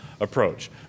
approach